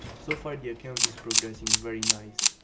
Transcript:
so far the account is progressing very nice.